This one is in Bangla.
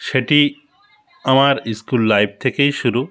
সেটি আমার স্কুল লাইফ থেকেই শুরু